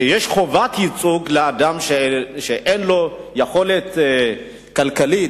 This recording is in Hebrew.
כשיש חובת ייצוג לאדם שאין לו יכולת כלכלית,